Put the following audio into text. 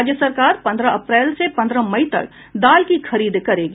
राज्य सरकार पन्द्रह अप्रैल से पन्द्रह मई तक दाल की खरीद करेगी